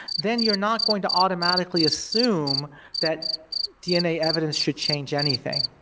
then you're not going to automatically assume that dna evidence should change anything.